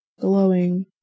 glowing